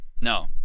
No